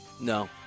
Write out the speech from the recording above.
No